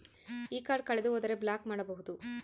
ಈ ಕಾರ್ಡ್ ಕಳೆದು ಹೋದರೆ ಬ್ಲಾಕ್ ಮಾಡಬಹುದು?